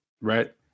Right